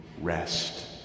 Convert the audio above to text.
rest